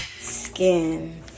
skin